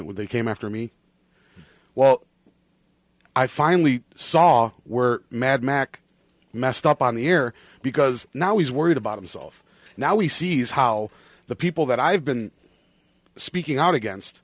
when they came after me well i finally saw were mad mack messed up on the air because now he's worried about himself now he sees how the people that i've been speaking out against